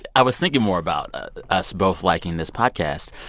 i was thinking more about ah us both liking this podcast.